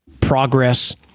progress